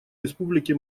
республики